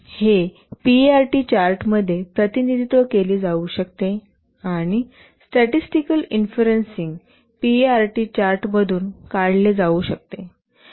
हे पीईआरटी चार्टमध्ये प्रतिनिधित्व केले जाऊ शकते आणि स्टॅटिस्टिकल इन्फेरेंसिन्ग पीईआरटी चार्टमधून काढले जाऊ शकते